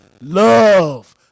love